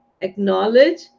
Acknowledge